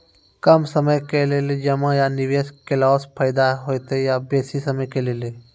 कम समय के लेल जमा या निवेश केलासॅ फायदा हेते या बेसी समय के लेल?